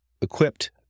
equipped